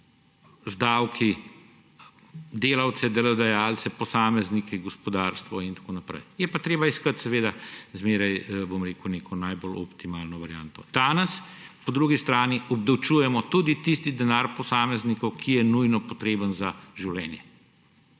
z davki delavce, delodajalce, posameznike, gospodarstvo in tako naprej. Je pa treba iskati vedno neko najbolj optimalno varianto. Danes po drugi strani obdavčujemo tudi tisti denar posameznikov, ki je nujno potreben za življenje.